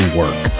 work